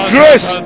Grace